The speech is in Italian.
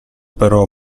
però